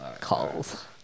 Calls